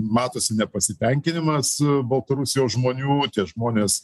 matosi nepasitenkinimas baltarusijos žmonių tie žmonės